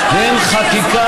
יריב לוין,